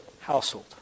household